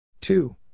Two